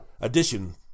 edition